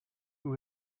who